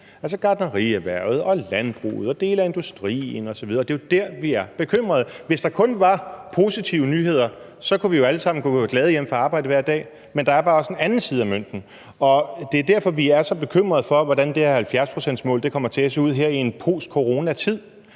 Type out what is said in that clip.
altså gartnerierhvervet og landbruget og dele af industrien osv. Det er jo der, vi er bekymrede. Hvis der kun var positive nyheder, kunne vi jo alle sammen gå glade hjem fra arbejde hver dag, men der er bare også en anden side af mønten, og det er derfor, vi er så bekymrede for, hvordan det her 70-procentsmål kommer til at se ud her i en post coronatid.